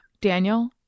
Daniel